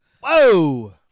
Whoa